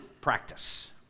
practice